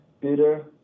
Peter